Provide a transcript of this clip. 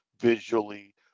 visually